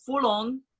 full-on